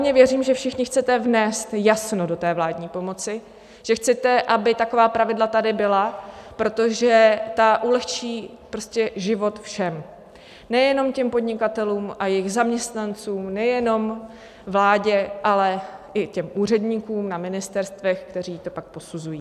Pevně věřím, že všichni chcete vnést jasno do vládní pomoci, že chcete, aby taková pravidla tady byla, protože ulehčí život všem nejenom podnikatelům a jejich zaměstnancům, nejenom vládě, ale i úředníkům na ministerstvech, kteří to pak posuzují.